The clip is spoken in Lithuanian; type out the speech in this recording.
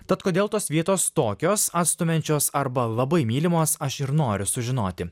tad kodėl tos vietos tokios atstumiančios arba labai mylimos aš ir noriu sužinoti